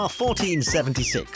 1476